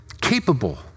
capable